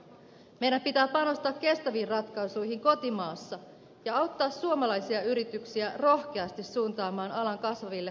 meidän pitää panostaa kestäviin ratkaisuihin kotimaassa ja auttaa suomalaisia yrityksiä rohkeasti suuntaamaan alan kasvaville kansainvälisille markkinoille